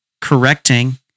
correcting